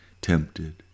tempted